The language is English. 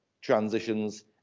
transitions